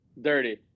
Dirty